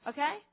Okay